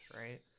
Right